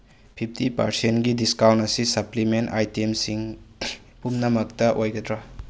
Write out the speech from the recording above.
fifty ꯄꯔꯁꯦꯟꯒꯤ discount ꯑꯁꯤ supplement ꯑꯥꯏꯇꯦꯝꯁꯤꯡ ꯄꯨꯝꯅꯃꯛꯇ ꯑꯣꯏꯒꯗ꯭ꯔꯥ